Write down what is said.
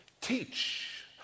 Teach